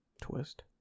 Twist